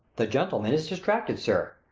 the gentleman is distracted, sir!